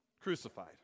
Crucified